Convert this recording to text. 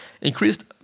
Increased